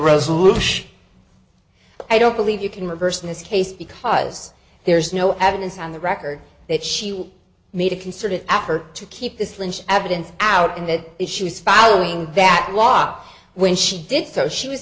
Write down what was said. resolution i don't believe you can reverse in this case because there's no evidence on the record that she made a concerted effort to keep this lynch evidence out in the issues following that law when she did so she was